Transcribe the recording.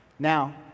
Now